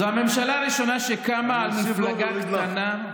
זו הממשלה הראשונה שקמה על מפלגה קטנה,